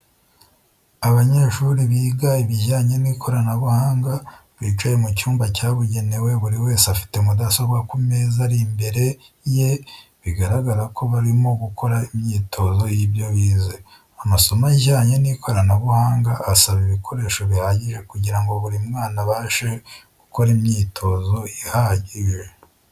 Abanyeshuri biga ibijyanye n'ikoranabuhanga bicaye mu cyumba cyabugenewe buri wese afite mudasobwa ku meza ari imbere ye bigaragara ko barimo gukora imyitozo y'ibyo bize, Amasomo ajyanye n'ikoranabuhanga asaba ibikoreso bihagije kugirango buri mwana abashe gukora imyitozo ihagije.